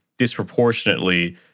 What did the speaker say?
disproportionately